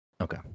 Okay